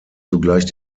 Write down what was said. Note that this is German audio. zugleich